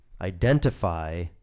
identify